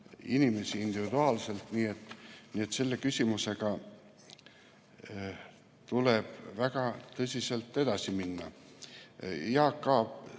inimesi individuaalselt. Nii et selle küsimusega tuleb väga tõsiselt edasi minna. Jaak